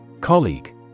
colleague